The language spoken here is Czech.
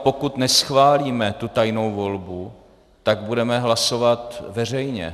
Pokud neschválíme tu tajnou volbu, tak budeme hlasovat veřejně.